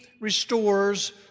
restores